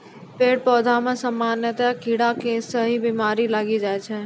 पेड़ पौधा मॅ सामान्यतया कीड़ा स ही बीमारी लागी जाय छै